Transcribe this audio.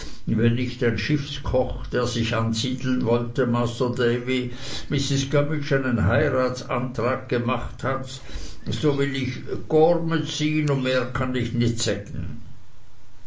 wenn nicht ein schiffskoch der sich ansiedeln wollte masr davy mrs gummidge einen heiratsantrag gemacht hat so will ick gormet sien und mehr kann ick nich